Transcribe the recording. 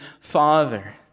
Father